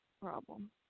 problem